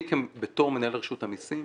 אני בתור מנהל רשות המיסים,